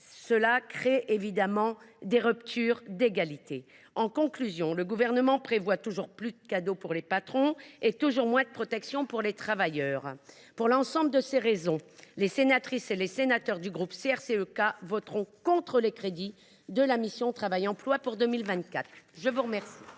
ce qui crée des ruptures d’égalité. En conclusion, le Gouvernement prévoit toujours plus de cadeaux pour les patrons et toujours moins de protection pour les travailleurs. Pour l’ensemble de ces raisons, les sénatrices et les sénateurs du groupe CRCE K voteront contre les crédits de la mission « Travail et emploi » pour 2024. La parole